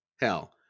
Hell